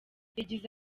yagize